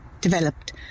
developed